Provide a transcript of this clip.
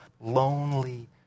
lonely